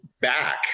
back